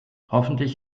hoffentlich